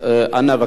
בבקשה.